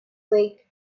lake